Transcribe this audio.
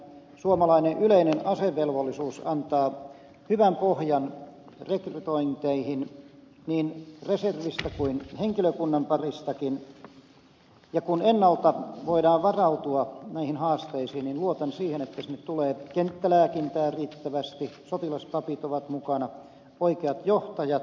suomalainen yleinen asevelvollisuus antaa hyvän pohjan rekrytointeihin niin reservistä kuin henkilökunnan paristakin ja kun ennalta voidaan varautua näihin haasteisiin niin luotan siihen että sinne tulee kenttälääkintää riittävästi sotilaspapit ovat mukana oikeat johtajat